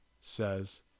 says